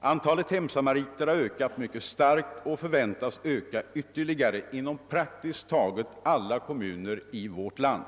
Antalet hemsamariter har ökat mycket starkt och förväntas öka ytterligare inom praktiskt taget alla kommuner i vårt land.